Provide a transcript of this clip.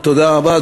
תודה רבה.